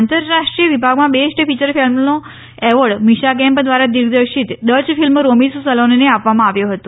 આંતરરાષ્ટ્રીય વિભાગમાં best feature ફિલ્મનો એવોર્ડ મિશા કેમ્પ દ્વારા દિગ્દર્શિત ડય ફિલ્મ રોમીસ સલોનને આપવામાં આવ્યો હતો